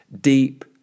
deep